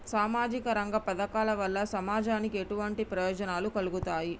సామాజిక రంగ పథకాల వల్ల సమాజానికి ఎటువంటి ప్రయోజనాలు కలుగుతాయి?